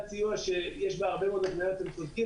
סיוע שיש בה הרבה מאוד --- אתם צודקים,